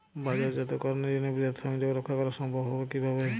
বাজারজাতকরণের জন্য বৃহৎ সংযোগ রক্ষা করা সম্ভব হবে কিভাবে?